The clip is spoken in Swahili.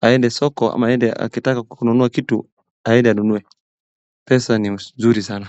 aende soko ama akitaka kununua kitu aende anunue. Pesa ni mzuri sana.